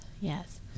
yes